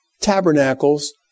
Tabernacles